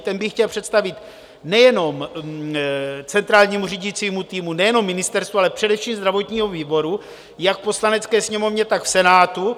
Ten bych chtěl představit nejenom centrálnímu řídícímu týmu, nejenom ministerstvu, ale především zdravotnímu výboru jak v Poslanecké sněmovně, tak v Senátu.